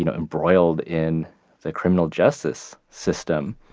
you know embroiled in the criminal justice system.